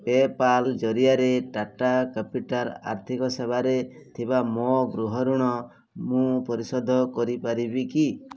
PayPal ଜରିଆରେ Tata Capital ଆର୍ଥିକ ସେବାରେ ଥିବା ମୋ ଗୃହ ଋଣ ମୁଁ ପରିଶୋଧ କରିପାରିବି କି